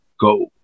go